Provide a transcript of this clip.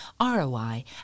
ROI